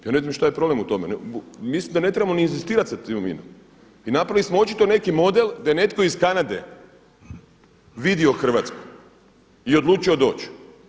Ja ne vidim šta je problem u tome, mislim da ne trebamo ni inzistirati … i napravili smo očito neki model da je netko iz Kanade vidio Hrvatsku i odlučio doći.